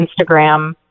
Instagram